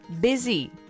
busy